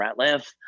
Ratliff